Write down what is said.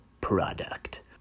product